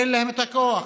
אין להם את הכוח,